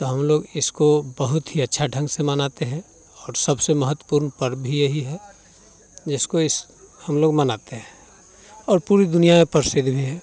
तो हम लोग इसको बहुत ही अच्छा ढंग से मनाते हैं और सबसे महत्वपूर्ण पर्व भी यही है जिसको हम लोग मनाते हैं और पूरी दुनिया में प्रसिद्ध भी है